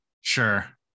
sure